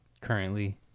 currently